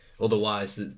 Otherwise